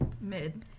mid